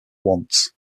once